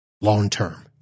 long-term